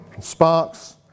Sparks